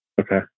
Okay